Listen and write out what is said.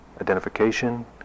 identification